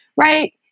right